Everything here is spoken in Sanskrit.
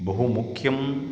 बहु मुख्यम्